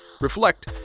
reflect